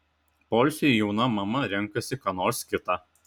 poilsiui jauna mama renkasi ką nors kita